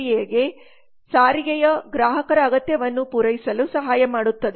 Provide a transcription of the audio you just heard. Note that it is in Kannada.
ಆದ್ದರಿಂದ ಈ ಸಾರಿಗೆಯು ಗ್ರಾಹಕರ ಅಗತ್ಯವನ್ನು ಪೂರೈಸಲು ಸಹಾಯ ಮಾಡುತ್ತದೆ